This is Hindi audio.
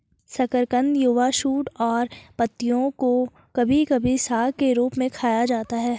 शकरकंद युवा शूट और पत्तियों को कभी कभी साग के रूप में खाया जाता है